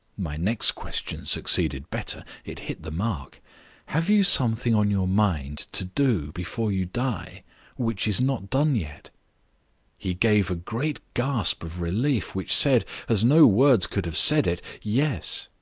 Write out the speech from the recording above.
my next question succeeded better it hit the mark have you something on your mind to do before you die which is not done yet he gave a great gasp of relief, which said, as no words could have said it, yes.